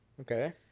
Okay